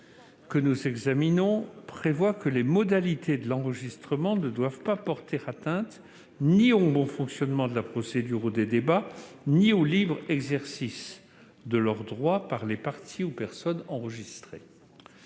de loi énonce que « les modalités de l'enregistrement ne doivent porter atteinte ni au bon déroulement de la procédure ou des débats ni au libre exercice de leurs droits par les parties et les personnes enregistrées